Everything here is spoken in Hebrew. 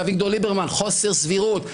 חוסר סבירות.